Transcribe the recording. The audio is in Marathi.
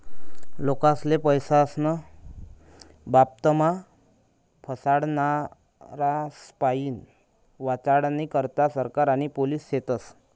लोकेस्ले पैसास्नं बाबतमा फसाडनारास्पाईन वाचाडानी करता सरकार आणि पोलिस शेतस